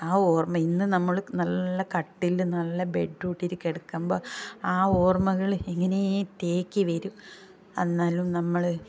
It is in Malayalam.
ആ ഓർമ്മ ഇന്നും നമ്മൾ നല്ല കട്ടിലിൽ നല്ല ബെഡും ഇട്ട് ഇത്തിരി കിടക്കുമ്പോൾ ആ ഓർമ്മകൾ ഇങ്ങനെ തേക്കി വരും എന്നാലും നമ്മൾ